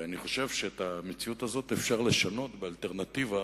אני חושב שאת המציאות הזאת אפשר לשנות באלטרנטיבה